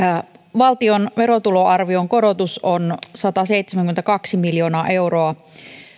valtion verotuloarvion korotus on sataseitsemänkymmentäkaksi miljoonaa euroa